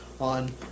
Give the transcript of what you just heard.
on